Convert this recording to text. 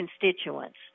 constituents